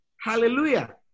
Hallelujah